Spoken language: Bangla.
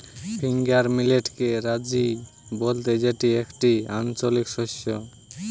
ফিঙ্গার মিলেটকে রাজি বলতে যেটি একটি আঞ্চলিক শস্য